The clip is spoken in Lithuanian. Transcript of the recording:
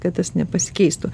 kad tas nepasikeistų